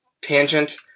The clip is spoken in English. tangent